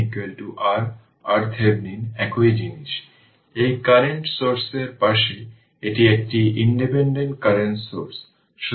এবং initial W 0 half L I0 square তাই এই ইকুয়েশন হল ইনডাক্টরে স্টোরড এনার্জি